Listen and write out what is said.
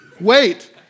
Wait